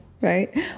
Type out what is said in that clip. right